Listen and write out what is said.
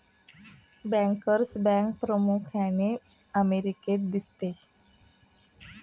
bankers bank प्रामुख्याने अमेरिकेत दिसते